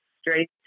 straight